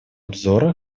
обзора